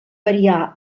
variar